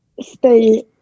stay